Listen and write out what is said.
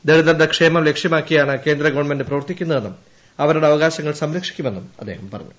ദളിതരുടെ ക്ഷേമം ലക്ഷ്യമാക്കിയാണ് കേന്ദ്രഗവൺമെന്റ് പ്രവർത്തിക്കുന്നതെന്നും അവരുടെ അവകാശങ്ങൾ സംരക്ഷിക്കുമെന്നും അദ്ദേഹം പറഞ്ഞു